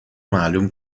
معلوم